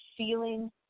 feeling